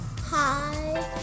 Hi